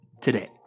today